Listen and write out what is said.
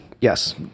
Yes